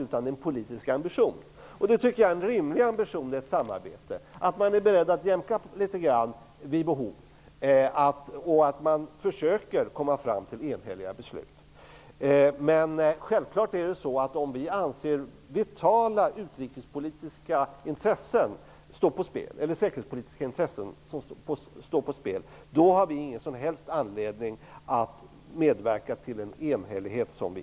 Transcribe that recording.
Det är en politisk ambition. I ett samarbete är det rimligt att man är beredd att vid behov jämka litet och att man försöker komma fram till enhälliga beslut. Om vi anser att vitala utrikes eller säkerhetspolitiska intressen står på spel har vi dock ingen som helst anledning att medverka till ett enhälligt beslut.